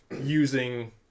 using